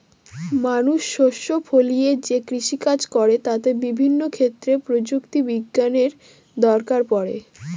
মানুষ শস্য ফলিয়ে যে কৃষিকাজ করে তাতে বিভিন্ন ক্ষেত্রে প্রযুক্তি বিজ্ঞানের দরকার পড়ে